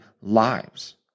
lives